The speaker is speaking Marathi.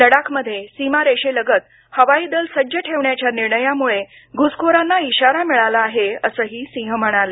लडाखमध्ये सीमारेषेलगत हवाई दल सज्ज ठेवण्याच्या निर्णयामुळे घुसखोरांना इशारा मिळाला आहे असंही सिंह म्हणाले